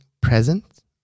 present